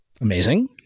Amazing